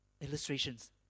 illustrations